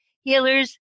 healers